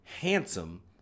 handsome